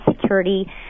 Security